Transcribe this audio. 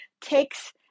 takes